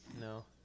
No